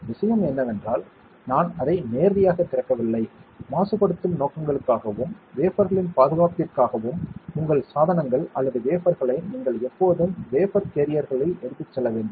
விஷயம் என்னவென்றால் நான் அதை நேரடியாகத் திறக்கவில்லை மாசுபடுத்தும் நோக்கங்களுக்காகவும் வேஃபர்களின் பாதுகாப்பிற்காகவும் உங்கள் சாதனங்கள் அல்லது வேஃபர்களை நீங்கள் எப்போதும் வேஃபர் கேரியர்களில் எடுத்துச் செல்ல வேண்டும்